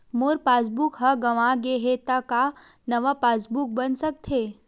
मोर passbook ह गंवा गे हे त का नवा पास बुक बन सकथे?